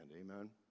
Amen